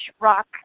rock